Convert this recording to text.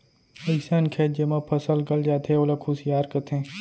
अइसन खेत जेमा फसल गल जाथे ओला खुसियार कथें